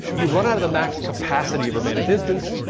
you've run out of the max capacity for managed instance.